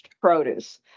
produce